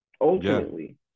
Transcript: ultimately